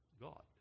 God